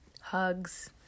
Hugs